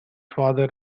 father